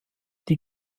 die